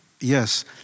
Yes